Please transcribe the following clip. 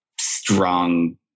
strong